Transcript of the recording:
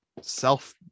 self